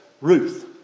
Ruth